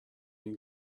این